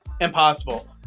impossible